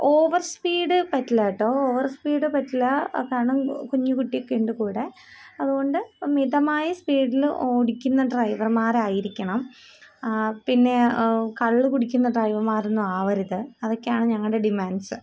over speed പറ്റില്ല കേട്ടോ over speed പറ്റില്ല കാരണം കുഞ്ഞ് കുട്ടിയൊക്കെയുണ്ട് കൂടെ അതുകൊണ്ട് മിതമായ സ്പീഡിൽ ഓടിക്കുന്ന ഡ്രൈവർമാർ ആയിരിക്കണം പിന്നെ കള്ളു കുടിക്കുന്ന ഡ്രൈവർമാരൊന്നും ആവരുത് അതൊക്കെയാണ് ഞങ്ങളുടെ ഡിമാൻഡ്സ്